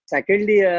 Secondly